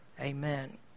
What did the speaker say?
Amen